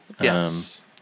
Yes